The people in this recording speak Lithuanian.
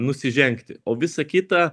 nusižengti o visa kita